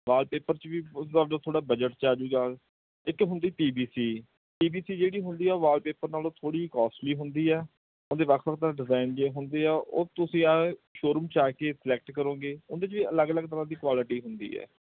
wallpaper 'ਚ ਵੀ ਥੋੜ੍ਹਾ budget 'ਚ ਆਜੂਗਾ ਇੱਕ ਹੁੰਦੀ P B C P B C ਜਿਹੜੀ ਹੁੰਦੀ ਆ ਵਾਲਪੇਪਰ ਨਾਲੋਂ ਥੋੜ੍ਹੀ ਕੋਸਟਲੀ ਹੁੰਦੀ ਆ ਉਹਦੇ ਵੱਖ ਵੱਖ ਡਿਜ਼ਾਇਨ ਜਿਹੇ ਹੁੰਦੇ ਆ ਉਹ ਤੁਸੀਂ ਆ ਸ਼ੋਰੂਮ 'ਚ ਆ ਕੇ ਸਲੈਕਟ ਕਰੋਗੇ ਉਹਦੇ 'ਚ ਅਲੱਗ ਅਲੱਗ ਤਰ੍ਹਾਂ ਦੀ ਕੁਆਲਿਟੀ ਹੁੰਦੀ ਹੈ